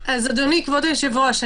גלעד, בבקשה.